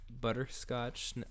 butterscotch